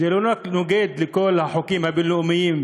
זה לא רק נוגד לכל החוקים הבין-לאומיים